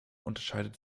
unterscheidet